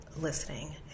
listening